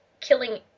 killing